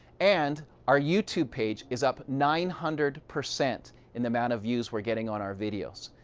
and our youtube page is up nine hundred percent in the amount of views we're getting on our videos.